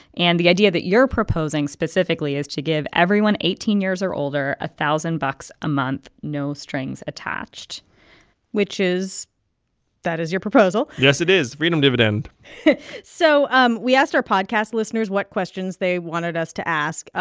and the idea that you're proposing specifically is to give everyone eighteen years or older a thousand bucks a month, no strings attached which is that is your proposal yes, it is, freedom dividend so um we asked our podcast listeners what questions they wanted us to ask.